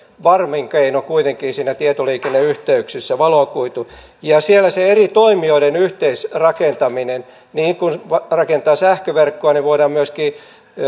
varmin keino kuitenkin tietoliikenneyhteyksissä ja siellä se eri toimijoiden yhteisrakentaminen kun rakentaa sähköverkkoa niin voidaan myöskin